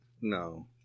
No